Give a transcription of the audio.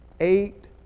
Eight